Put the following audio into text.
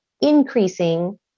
increasing